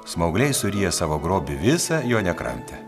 smaugliai suryja savo grobį visą jo nekramtę